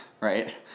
right